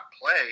play